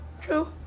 True